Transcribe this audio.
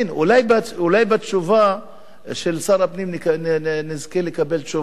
אולי בתשובה של שר הפנים נזכה לקבל תשובה.